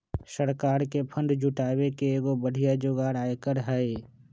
सरकार के फंड जुटावे के एगो बढ़िया जोगार आयकर हई